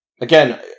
again